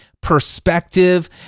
perspective